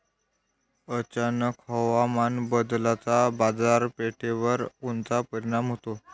अचानक हवामान बदलाचा बाजारपेठेवर कोनचा परिणाम होतो?